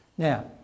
Now